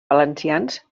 valencians